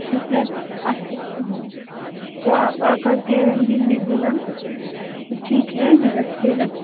ठीक है हाँ तो आप आकर के मिल लीजिएगा फिर ठीक है मैं रखती रखते